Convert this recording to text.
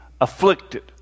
afflicted